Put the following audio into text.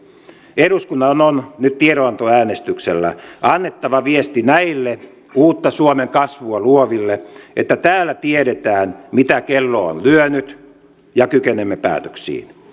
eduskunnan on nyt tiedonantoäänestyksellä annettava viesti näille uutta suomen kasvua luoville että täällä tiedetään mitä kello on lyönyt ja kykenemme päätöksiin